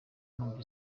numva